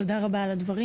תודה רבה על הדברים.